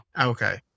Okay